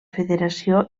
federació